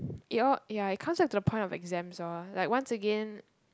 it all ya it comes down to the point of exams orh like once again